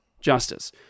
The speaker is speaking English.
Justice